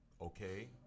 okay